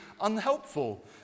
unhelpful